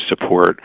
support